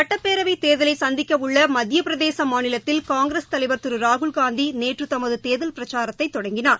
சட்டப்பேரவைத் தேர்தலை சந்திக்கவுள்ள மத்திய பிரதேச மாநிலத்தில் காங்கிஸ் தலைவர் திரு ராகுல்காந்தி நேற்று தமது தேர்தல் பிரச்சாரத்தை தொடங்கினார்